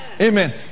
Amen